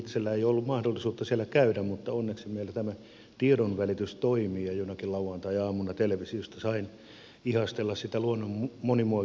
itsellä ei ole ollut mahdollisuutta siellä käydä mutta onneksi meillä tämä tiedonvälitys toimii ja jonakin lauantaiaamuna televisiosta sain ihastella sitä luonnon monimuotoisuutta niin pienellä alueella